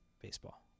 baseball